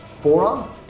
forearm